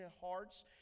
hearts